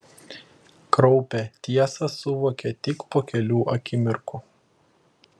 kraupią tiesą suvokė tik po kelių akimirkų